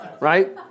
right